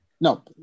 no